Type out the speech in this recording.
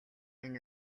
энэ